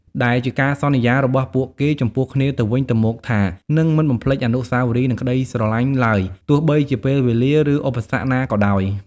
ដែលជាការសន្យារបស់ពួកគេចំពោះគ្នាទៅវិញទៅមកថា នឹងមិនបំភ្លេចអនុស្សាវរីយ៍ និងក្តីស្រឡាញ់ឡើយ ទោះបីជាពេលវេលា ឬឧបសគ្គណាក៏ដោយ។